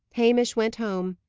hamish went home.